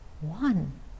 one